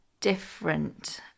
different